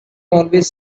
always